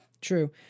true